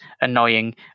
annoying